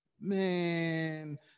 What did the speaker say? Man